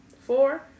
Four